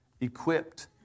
equipped